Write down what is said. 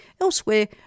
Elsewhere